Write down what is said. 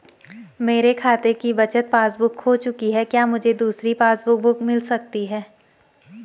मेरे खाते की बचत पासबुक बुक खो चुकी है क्या मुझे दूसरी पासबुक बुक मिल सकती है?